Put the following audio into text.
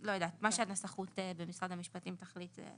לא יודעת, מה שהנסחות במשרד המשפטים תחליט,